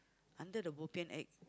until the bobian act